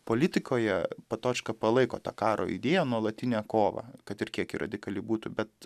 politikoje patočka palaiko tą karo idėją nuolatinę kovą kad ir kiek radikali būtų bet